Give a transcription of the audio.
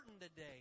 today